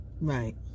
Right